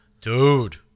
dude